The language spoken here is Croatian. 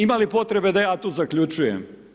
Imali potrebe da ja tu zaključujem?